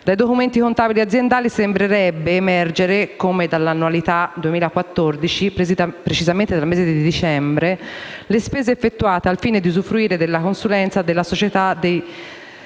Dai documenti contabili aziendali sembrerebbe emergere come dall'annualità 2014, precisamente dal mese di dicembre, le spese effettuate al fine di usufruire della consulenza della società The